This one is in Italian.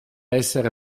essere